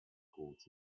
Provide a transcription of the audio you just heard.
caught